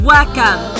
Welcome